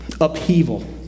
upheaval